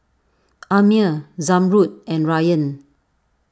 Ammir Zamrud and Ryan